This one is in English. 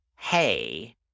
hey